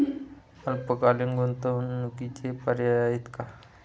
अल्पकालीन गुंतवणूकीचे पर्याय आहेत का?